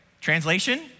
Translation